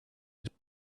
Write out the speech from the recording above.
its